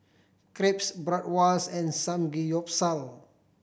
Crepes Bratwurst and Samgeyopsal